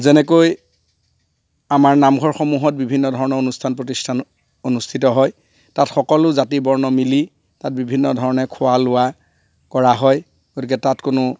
যেনেকৈ আমাৰ নামঘৰসমূহত বিভিন্ন ধৰণৰ অনুষ্ঠান প্ৰতিষ্ঠান অনুষ্ঠিত হয় তাত সকলো জাতি বৰ্ণ মিলি তাত বিভিন্ন ধৰণে খোৱা লোৱা কৰা হয় গতিকে তাত কোনো